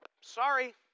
Sorry